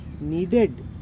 needed